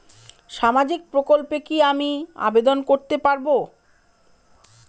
সামাজিক প্রকল্পে কি আমি আবেদন করতে পারবো?